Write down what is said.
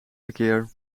verkeer